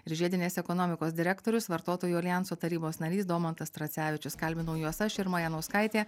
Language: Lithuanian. ir žiedinės ekonomikos direktorius vartotojų aljanso tarybos narys domantas tracevičius kalbinau juos aš irma janauskaitė